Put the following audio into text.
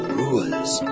rules